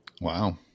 Wow